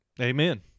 Amen